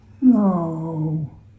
No